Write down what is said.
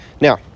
Now